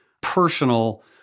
personal